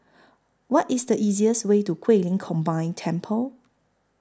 What IS The easiest Way to Guilin Combined Temple